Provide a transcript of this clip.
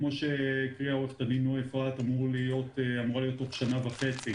כמו שהקריאה עורכת הדין נוי אפרת אמורה להיות תוך שנה וחצי